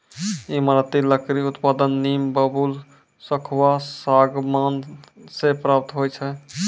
ईमारती लकड़ी उत्पादन नीम, बबूल, सखुआ, सागमान से प्राप्त होय छै